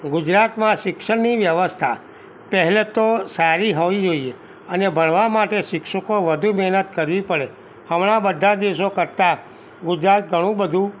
ગુજરાતમાં શિક્ષણની વ્યવસ્થા પહેલે તો સારી હોવી જોઈએ અને ભણવા માટે શિક્ષકો વધુ મહેનત કરવી પડે હમણાં બધા દેશો કરતાં ગુજરાત ઘણું બધું